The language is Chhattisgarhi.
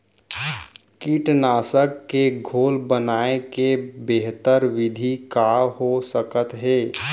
कीटनाशक के घोल बनाए के बेहतर विधि का हो सकत हे?